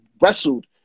Wrestled